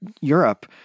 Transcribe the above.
Europe